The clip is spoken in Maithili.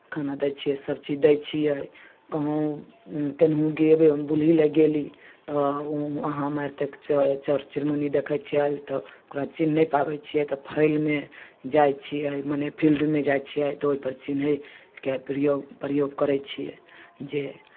खाना दै छियै सब चीज दै छियै कहूँ केन्हू गेबे बुलही लए गेली तऽ वहाँ मारितेक चर चर चुनमुनी देखै छियैल तऽ ओकरा चिन्ह नै पाबै छियै तऽ फैलमे जाइ छियै मने फील्ड मे जाइ छियै तऽ ओय पर चिन्हैके पिरयोग प्रयोग करै छियै जे